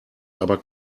aber